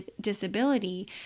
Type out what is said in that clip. disability